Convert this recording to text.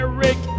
Eric